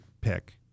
pick